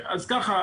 אז ככה,